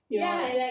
you know